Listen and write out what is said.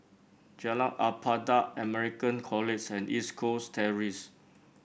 Jalan Ibadat American College and East Coast Terrace